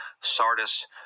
Sardis